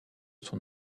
son